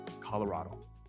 Colorado